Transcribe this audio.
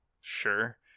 sure